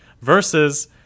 versus